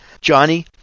johnny